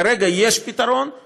כרגע יש פתרון,